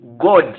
God